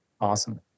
Awesome